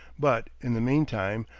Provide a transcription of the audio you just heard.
but, in the mean time,